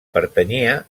pertanyia